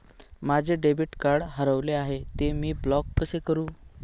माझे debit card हरविले आहे, ते मी ब्लॉक कसे करु?